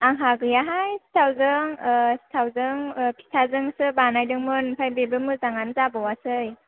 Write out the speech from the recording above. आंहा गैयाहाय सिथावजों सिथावजों फिथाजोंसो बानायदोंमोन ओमफ्राय बेबो मोजाङानो जाबावासै